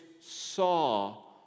saw